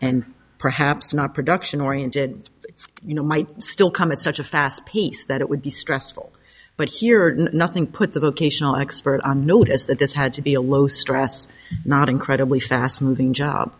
and perhaps not production oriented you know might still come at such a fast piece that it would be stressful but here nothing put the vocational expert on notice that this had to be a low stress not incredibly